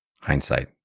hindsight